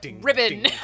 ribbon